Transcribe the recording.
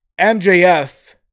MJF